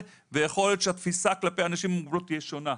13 ויכול להיות שהתפישה כלפי אנשים עם מוגבלות תהיה שונה.